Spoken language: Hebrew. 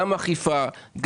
גם אכיפה,